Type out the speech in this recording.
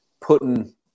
putting